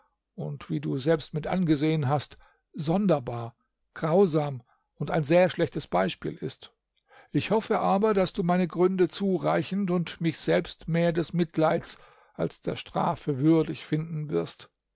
und wie du selbst mit angesehen hast sonderbar grausam und ein sehr schlechtes beispiel ist ich hoffe aber daß du meine gründe zureichend und mich selbst mehr des mitleids als der strafe würdig finden wirst